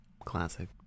Classic